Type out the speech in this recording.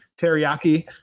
Teriyaki